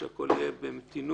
שהכול יהיה במתינות,